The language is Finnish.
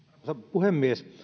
puhemies